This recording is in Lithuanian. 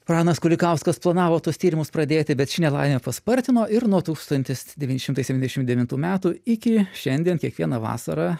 pranas kulikauskas planavo tuos tyrimus pradėti bet ši nelaimė paspartino ir nuo tūkstantis devyni šimtai septyniasdešim devintų metų iki šiandien kiekvieną vasarą